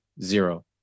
Zero